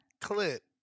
clip